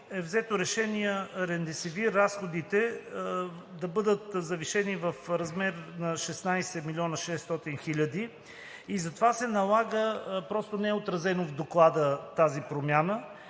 е взето решение разходите да бъдат завишени в размер на 16 млн. 600 хиляди. Затова се налага – не е отразена в Доклада тази промяна.